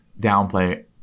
downplay